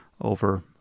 over